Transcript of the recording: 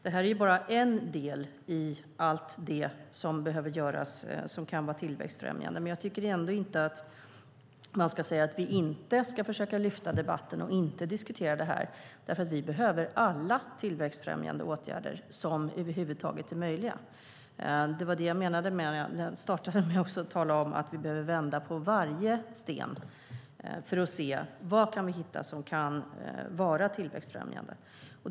Detta är bara en del i allt det som behöver göras som kan vara tillväxtfrämjande. Jag tycker dock ändå inte att man ska säga att vi inte ska försöka lyfta fram debatten och diskutera detta, för vi behöver alla tillväxtfrämjande åtgärder som över huvud taget är möjliga. Det var det jag menade när jag startade med att tala om att vi behöver vända på varje sten för att se vad vi kan hitta som kan vara tillväxtfrämjande.